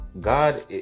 God